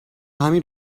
همین